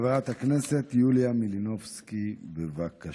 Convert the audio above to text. חברת הכנסת יוליה מלינובסקי, בבקשה.